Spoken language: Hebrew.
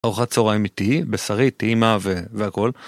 ארוחת צהריים איתי בשרית טעימה והכול.